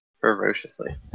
Ferociously